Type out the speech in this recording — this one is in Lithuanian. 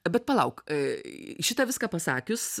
bet palauk šitą viską pasakius